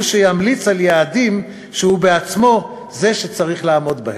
שימליץ על יעדים שהוא בעצמו זה שצריך לעמוד בהם?